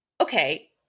okay